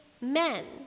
men